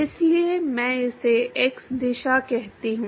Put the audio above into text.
इसलिए मैं इसे x दिशा कहता हूं